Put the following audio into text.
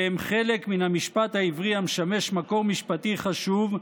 והם חלק מן המשפט העברי המשמש מקור משפטי חשוב,